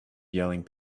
yelling